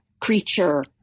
creature